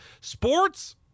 Sports